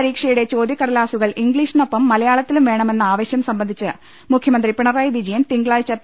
പരീക്ഷയുടെ ചോദ്യ കടലാസുകൾ ഇംഗ്ലീഷിനൊപ്പം മലയാളത്തിലും വേണമെന്ന ആവശ്യം സംബന്ധിച്ച് മുഖ്യമന്ത്രി പിണ റായി വിജയൻ തിങ്കളാഴ്ച പി